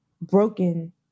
broken